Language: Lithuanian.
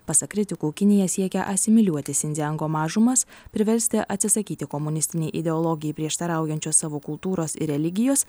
pasak kritikų kinija siekia asimiliuoti sindziango mažumas priversti atsisakyti komunistinei ideologijai prieštaraujančios savo kultūros ir religijos